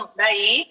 daí